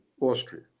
Austria